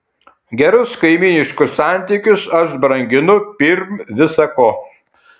gerus kaimyniškus santykius aš branginu pirm visa ko